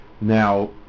Now